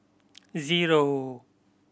zero